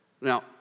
Now